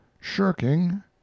shirking